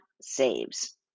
saves